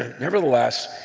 nevertheless,